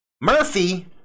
Murphy